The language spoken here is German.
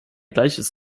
gleiches